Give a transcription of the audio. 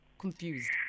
confused